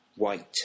White